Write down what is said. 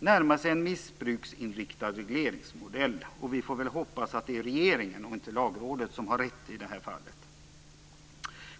närmar sig en missbruksinriktad regleringsmodell. Vi får väl hoppas att det är regeringen, och inte Lagrådet, som har rätt i det här fallet. Fru talman!